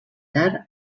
tard